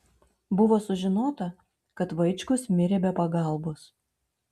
buvo sužinota kad vaičkus mirė be pagalbos